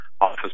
office